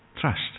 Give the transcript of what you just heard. trust